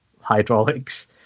hydraulics